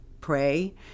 pray